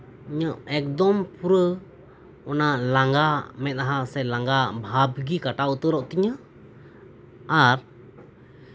ᱤᱧᱟᱹᱜ ᱮᱠᱫᱚᱢ ᱯᱩᱨᱟᱹ ᱞᱟᱸᱜᱟ ᱢᱮᱸᱫᱦᱟ ᱥᱮ ᱞᱟᱸᱜᱟ ᱵᱷᱟᱵ ᱜᱮ ᱠᱟᱴᱟᱣ ᱩᱛᱟᱹᱨᱚᱜ ᱛᱤᱧᱟᱹ ᱟᱨ